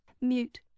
Mute